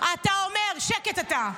אתה אומר -- לא הולך לכם בסקרים --- שקט, אתה.